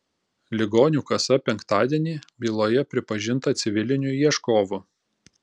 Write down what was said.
ligonių kasa penktadienį byloje pripažinta civiliniu ieškovu